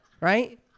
Right